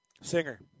singer